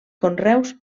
conreus